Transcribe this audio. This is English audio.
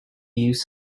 used